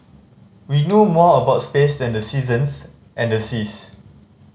we know more about space than the seasons and the seas